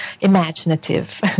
imaginative